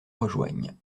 rejoignent